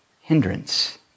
hindrance